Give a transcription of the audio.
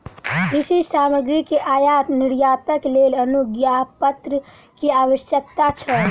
कृषि सामग्री के आयात निर्यातक लेल अनुज्ञापत्र के आवश्यकता छल